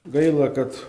gaila kad